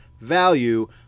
value